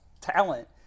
talent